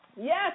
Yes